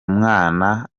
mwana